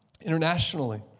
Internationally